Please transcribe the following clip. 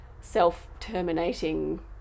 self-terminating